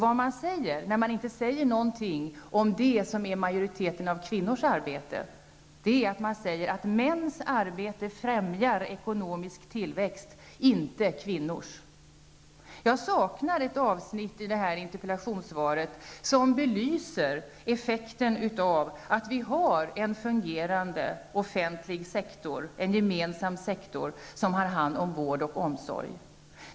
Vad man säger när man inte säger någonting om det som är majoriteten av kvinnors arbete är att mäns arbete främjar ekonomisk tillväxt, inte kvinnors. Jag saknar ett avsnitt i interpellationssvaret som belyser effekten av att vi har en fungerande offentlig sektor, en gemensam sektor som har hand om vård och omsorg.